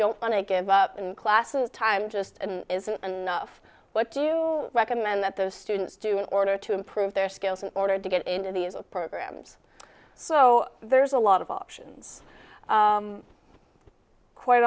don't want to give up in class a time just isn't enough what do you recommend that those students do in order to improve their skills in order to get into these are programs so there's a lot of options quite